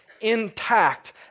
intact